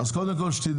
אז קודם שתדעי,